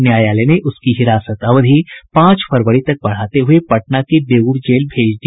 न्यायालय ने उसकी हिरासत अवधि पांच फरवरी तक बढ़ाते हुए पटना के बेऊर जेल भेज दिया